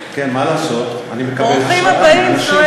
ברוכים הבאים.